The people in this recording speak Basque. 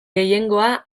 gehiengoa